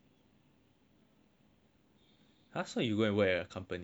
also where you went were your company overseas